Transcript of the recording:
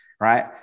Right